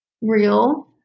real